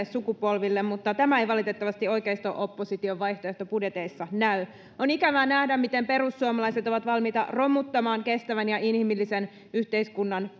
sukupolville mutta tämä ei valitettavasti oikeisto opposition vaihtoehtobudjeteissa näy on ikävää nähdä miten perussuomalaiset ovat valmiita romuttamaan kestävän ja inhimillisen yhteiskunnan